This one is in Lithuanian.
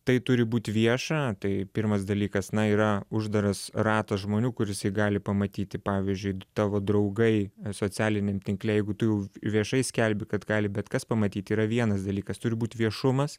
tai turi būt vieša tai pirmas dalykas na yra uždaras ratas žmonių kur jisai gali pamatyti pavyzdžiui tavo draugai socialiniam tinkle jeigu tu jau viešai skelbi kad gali bet kas pamatyt yra vienas dalykas turi būt viešumas